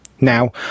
now